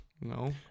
No